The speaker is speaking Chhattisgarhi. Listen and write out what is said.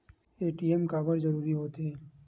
ए.टी.एम काबर जरूरी हो थे?